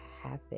happen